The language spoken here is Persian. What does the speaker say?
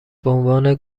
بعنوان